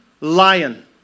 lion